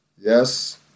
Yes